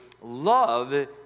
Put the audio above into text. love